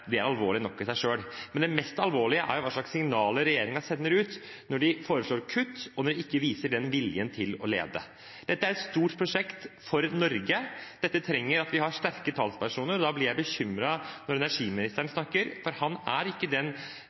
det er alvorlig nok i seg selv – men det mest alvorlige er hva slags signaler regjeringen sender ut når de foreslår kutt, og når de ikke viser vilje til å lede. Dette er et stort prosjekt for Norge, det trenger sterke talspersoner. Da blir jeg bekymret når energiministeren snakker, for han er ikke den